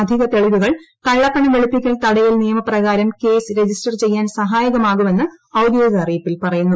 അധിക തെളിവുകൾ കള്ളപ്പണം വെളുപ്പിക്കൽ തടയൽ നിയമപ്രകാരം കേസ് രജിസ്റ്റർ ചെയ്യാൻ സഹായകമാകുമെന്ന് ഔദ്യോഗിക അറിയിപ്പിൽ പറയുന്നു